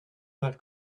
not